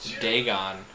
Dagon